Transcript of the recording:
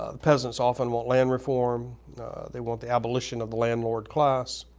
ah the peasants often want land reform they want the abolition of the landlord class.